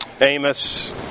Amos